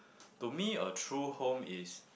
to me a true home is